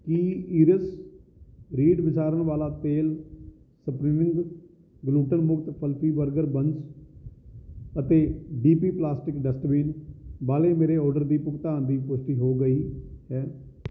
ਕੀ iris reed ਵਿਸਾਰਣ ਵਾਲਾ ਤੇਲ ਸਪਰਿੰਨਗ ਗਲੁਟਨ ਮੁਕਤ ਫਲਫੀ ਬਰਗਰ ਬੰਸ ਅਤੇ ਡੀ ਪੀ ਪਲਾਸਟਿਕ ਡਸਟਬਿਨ ਵਾਲੇ ਮੇਰੇ ਆਰਡਰ ਲਈ ਭੁਗਤਾਨ ਦੀ ਪੁਸ਼ਟੀ ਹੋ ਗਈ ਹੈ